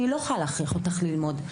אני לא אוכל להכריח אותך ללמוד.